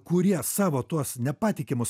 kurie savo tuos nepatikimus